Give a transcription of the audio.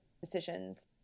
decisions